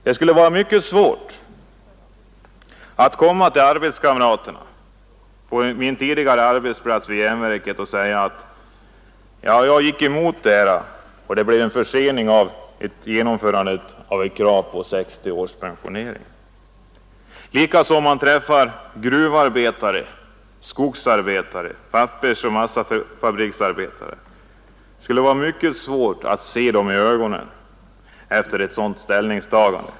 Det skulle vara mycket svårt att komma till arbetskamraterna på min tidigare arbetsplats vid järnverket och säga att jag gick emot detta krav och att det blev en försening av genomförandet av pensionering vid 60 år. Likaså när man träffar gruvarbetare, skogsarbetare, pappersoch massafabriksarbetare, skulle det vara mycket svårt att se dem i ögonen efter ett sådant ställningstagande.